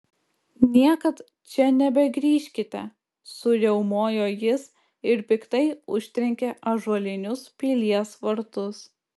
niekad čia nebegrįžkite suriaumojo jis ir piktai užtrenkė ąžuolinius pilies vartus